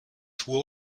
tue